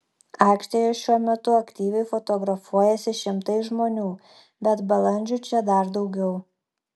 aikštėje šiuo metu aktyviai fotografuojasi šimtai žmonių bet balandžių čia dar daugiau